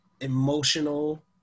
emotional